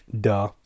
Duh